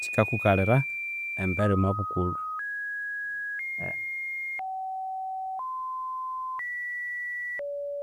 kika kukalhira omwa bukulhu.